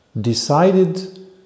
decided